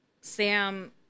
Sam